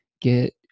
get